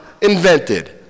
invented